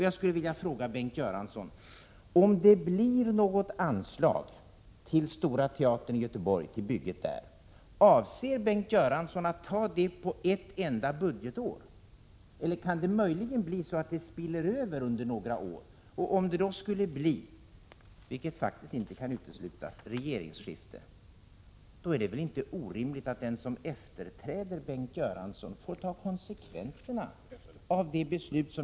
Jag skulle vilja fråga Bengt Göransson, om han om det blir något anslag till bygget av ett hus för Stora teatern i Göteborg, avser att låta det hänföras till ett enda budgetår, eller om det möjligen kan bli så att det sprids ut över några år. Om det skulle bli ett regeringsskifte, vilket faktiskt inte kan uteslutas, är det väl inte orimligt att Bengt Göranssons efterträdare får ta konsekvenserna av hans beslut?